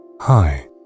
Hi